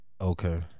Okay